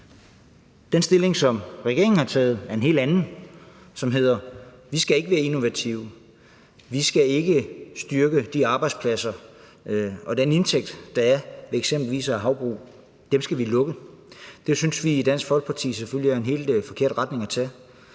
Den stilling, som regeringen har taget, er en helt anden, som hedder: Vi skal ikke være innovative; vi skal ikke styrke de arbejdspladser og den indtægt, der er ved eksempelvis havbrug – dem skal vi lukke. Det synes vi selvfølgelig i Dansk Folkeparti er en helt forkert retning at tage.